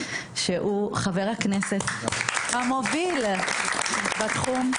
שהוא חבר הכנסת המוביל בתחום.